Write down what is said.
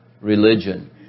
religion